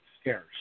scarce